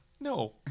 No